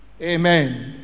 Amen